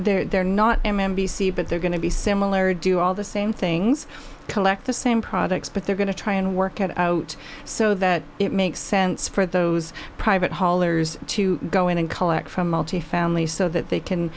and they're not m m b c but they're going to be similar do all the same things collect the same products but they're going to try and work it out so that it makes sense for those private haulers to go in and collect from multifamily so that they can